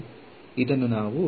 ಇದನ್ನು ನಾವು ಈ ರೀತಿ ಬರೆಯೋಣ